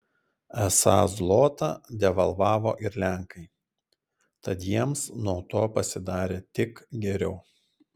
esą zlotą devalvavo ir lenkai tad jiems nuo to pasidarė tik geriau